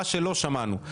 מה שלא שמענו,